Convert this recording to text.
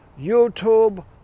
YouTube